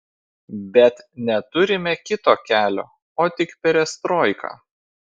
bet neturime kito kelio o tik perestroiką